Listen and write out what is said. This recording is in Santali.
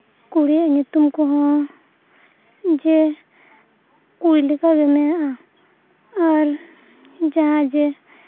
ᱠᱩᱲᱤᱭᱟᱜ ᱧᱩᱛᱩᱢ ᱠᱚᱦᱚᱸ ᱡᱮ ᱠᱩᱲᱤ ᱞᱮᱠᱟᱜᱮ ᱢᱮᱱᱟᱜᱼᱟ ᱟᱨ ᱡᱟᱦᱟᱸ ᱡᱮ